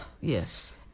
Yes